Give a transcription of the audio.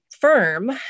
firm